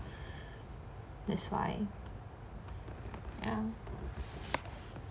that's why